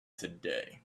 today